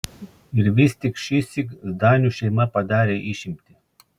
ir vis tik šįsyk zdanių šeima padarė išimtį